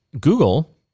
Google